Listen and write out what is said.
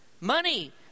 Money